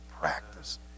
practice